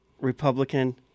Republican